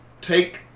Take